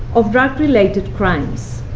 of drug-related crimes.